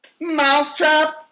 Mousetrap